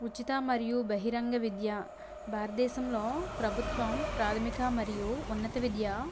ఉచిత మరియు బహిరంగ విద్య భారతదేశంలో ప్రభుత్వం ప్రాథమిక మరియు ఉన్నత విద్య